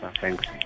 Thanks